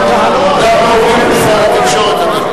נא להתנהג בהתאם לשר התקשורת.